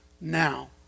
now